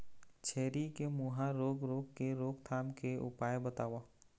छेरी के मुहा रोग रोग के रोकथाम के उपाय बताव?